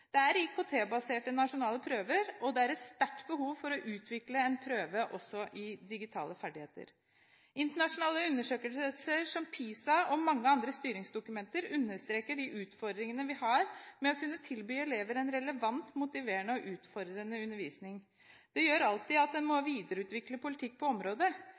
Det er IKT-baserte nasjonale prøver, og det er et sterkt behov for å utvikle en prøve også i digitale ferdigheter. Internasjonale undersøkelser som PISA og mange andre styringsdokumenter understreker de utfordringene vi har ved å kunne tilby elever en relevant, motiverende og utfordrende undervisning. Det gjør alltid at en må videreutvikle politikken på området.